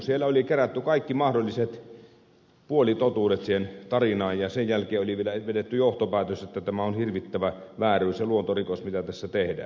siellä oli kerätty kaikki mahdolliset puolitotuudet siihen tarinaan ja sen jälkeen oli vielä vedetty johtopäätös että tämä on hirvittävä vääryys ja luontorikos mitä tässä tehdään